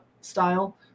style